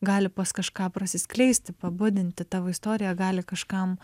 gali pas kažką prasiskleisti pabudinti tavo istorija gali kažkam